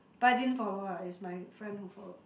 but I didn't follow ah it's my friend who followed